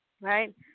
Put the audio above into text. Right